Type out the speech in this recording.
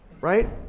right